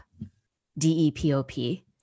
D-E-P-O-P